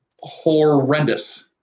horrendous